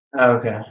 Okay